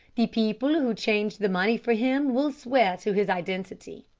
the people who changed the money for him will swear to his identity.